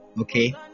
okay